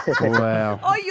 Wow